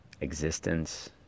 existence